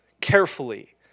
carefully